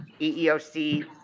EEOC